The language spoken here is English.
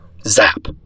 Zap